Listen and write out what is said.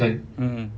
mmhmm